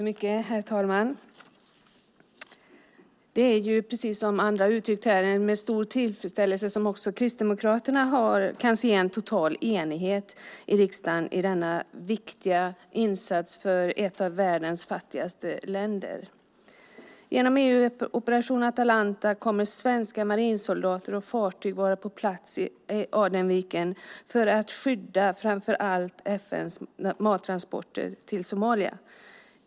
Herr talman! Det är med stor tillfredsställelse som också Kristdemokraterna kan se en enighet i riksdagen för denna viktiga insats för ett av världens fattigaste länder. Genom EU:s Operation Atalanta kommer svenska marinsoldater och fartyg att vara på plats i Adenviken för att skydda framför allt FN:s mattransporter till Somalia.